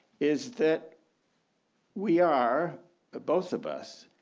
is that we are ah both of us,